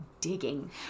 digging